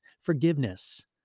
forgiveness